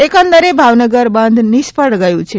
એકંદરે ભાવનગર બંધ નિષ્ફળ ગયુ છે